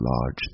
large